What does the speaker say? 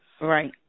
Right